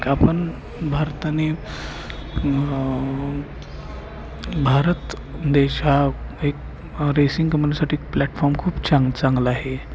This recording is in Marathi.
आपण भारताने भारत देश हा एक रेसिंग कंपनीसाठी एक प्लॅटफॉम खूप चांग चांगला आहे